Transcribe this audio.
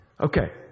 Okay